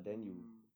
mm mm